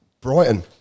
Brighton